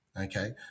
Okay